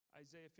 Isaiah